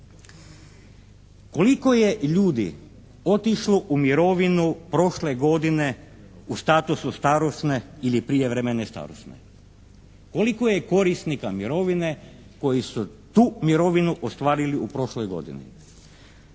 Koliko je ljudi otišlo u mirovinu prošle godine u statusu starosne ili prijevremene starosne? Koliko je korisnika mirovine koji su tu mirovinu ostvarili u prošloj godini?